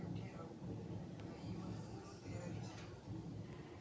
Apis dorsata binghami Indonesian ತಳಿಯಾಗಿದ್ದು Indonesia ಮೂಲದ ದೊಡ್ಡ ಜೇನುಹುಳ ಜಾತಿ ಪ್ರಭೇದವಾಗಯ್ತೆ